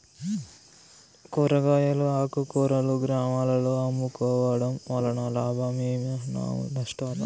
కూరగాయలు ఆకుకూరలు గ్రామాలలో అమ్ముకోవడం వలన లాభమేనా నష్టమా?